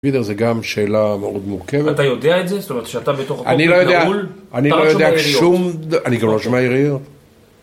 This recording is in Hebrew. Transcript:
וידר זה גם שאלה מאוד מורכבת. אתה יודע את זה? זאת אומרת שאתה בתוך ה... אני לא יודע, אני לא יודע שום ד... אני גם לא שומע יריות.